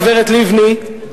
הגברת לבני,